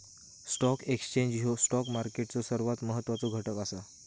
stock exchange ह्यो stock मार्केटचो सर्वात महत्वाचो घटक असा